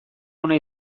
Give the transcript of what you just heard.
ona